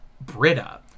Britta